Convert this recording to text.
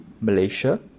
Malaysia